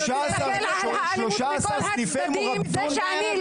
לירון ספרד, בבקשה.